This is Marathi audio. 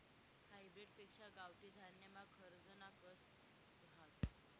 हायब्रीड पेक्शा गावठी धान्यमा खरजना कस हास